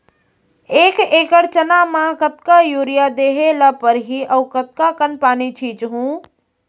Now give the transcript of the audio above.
एक एकड़ चना म कतका यूरिया देहे ल परहि अऊ कतका कन पानी छींचहुं?